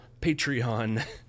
Patreon